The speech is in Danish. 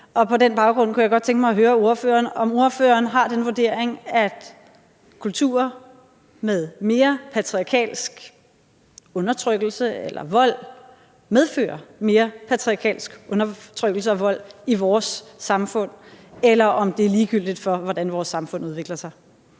På den baggrund kunne jeg godt tænke mig at spørge ordføreren, om ordføreren har den vurdering, at kulturer med mere patriarkalsk undertrykkelse eller vold medfører mere patriarkalsk undertrykkelse og vold i vores samfund, eller om det er ligegyldigt for, hvordan vores samfund udvikler sig.